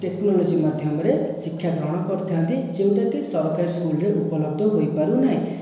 technology ମାଧ୍ୟମରେ ଶିକ୍ଷାଗ୍ରହଣ କରିଥାନ୍ତି ଯେଉଁଟାକି ସରକାରୀ ସ୍କୁଲରେ ଉପଲବ୍ଧ ହୋଇପାରୁ ନାହିଁ